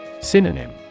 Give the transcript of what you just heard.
Synonym